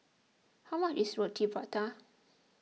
how much is Roti Prata